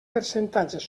percentatges